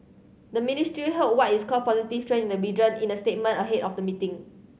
the ministry hailed what is called positive trend in the region in a statement ahead of the meeting